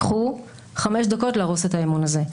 לקחו חמש דקות להרוס את האמון הזה,